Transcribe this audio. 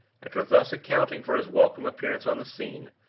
after thus accounting for his welcome appearance on the scene,